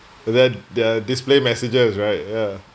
then there're display messages right ya